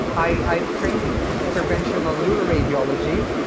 i'm trained in interventional neuroradiology.